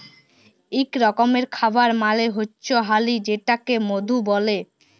ইক রকমের খাবার মালে হচ্যে হালি যেটাকে মধু ব্যলে